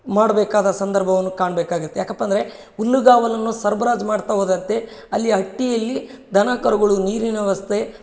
ಮಾಡಬೇಕಾದ ಸಂದರ್ಭವನ್ನು ಕಾಣ್ಬೇಕಾಗತ್ತೆ ಯಾಕಪ್ಪ ಅಂದರೆ ಹುಲ್ಲುಗಾವಲನ್ನು ಸರ್ಬರಾಜು ಮಾಡ್ತಾ ಹೋದಂತೆ ಅಲ್ಲಿ ಹಟ್ಟಿಯಲ್ಲಿ ದನ ಕರುಗಳು ನೀರಿನ ವ್ಯವಸ್ಥೆ